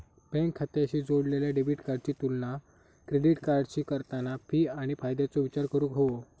bank खात्याशी जोडलेल्या debit कार्डाची तुलना क्रेडिट कार्डाशी करताना फी आणि फायद्याचो विचार करूक हवो